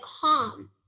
calm